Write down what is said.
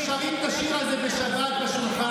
אנחנו שרים את השיר הזה בשבת בשולחן,